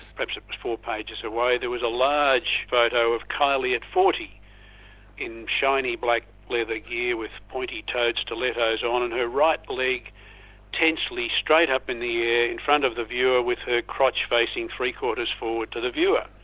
perhaps it was four pages away, there was a large photo of kylie at forty in shiny black leather gear with pointy-toed stilettos on and her right leg tensely straight up in the air in front of the viewer with her crotch facing three-quarters forward to the viewer.